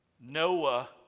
Noah